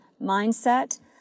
mindset